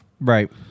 Right